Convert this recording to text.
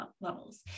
levels